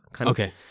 Okay